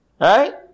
Right